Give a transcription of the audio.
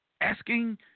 asking